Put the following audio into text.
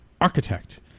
architect